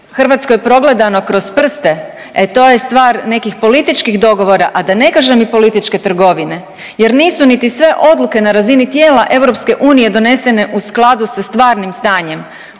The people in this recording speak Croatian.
Hrvatskoj progledano kroz prste, e to je stvar nekih političkih dogovora, a da ne kažem i političke trgovine. Jer nisu niti sve odluke na razini tijela EU donesene u skladu sa stvarnim stanjem.